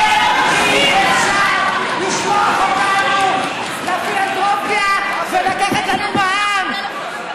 אי-אפשר לשלוח אותנו לפילנתרופיה ולקחת לנו מע"מ.